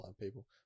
People